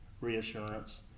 reassurance